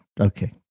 Okay